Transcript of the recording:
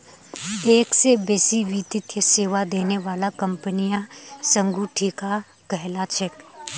एक स बेसी वित्तीय सेवा देने बाला कंपनियां संगुटिका कहला छेक